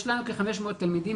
יש לנו כ-500 תלמידים,